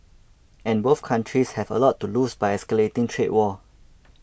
and both countries have a lot to lose by escalating trade war